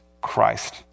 Christ